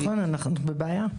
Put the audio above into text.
נכון, אנחנו בבעיה.